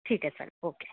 ठीक आहे चालेल ओके